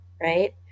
right